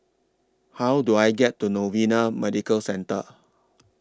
How Do I get to Novena Medical Centre